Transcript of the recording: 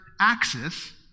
axis